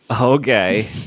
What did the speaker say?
Okay